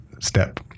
step